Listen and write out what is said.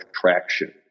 traction